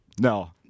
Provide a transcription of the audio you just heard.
No